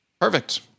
Perfect